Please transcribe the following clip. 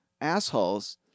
assholes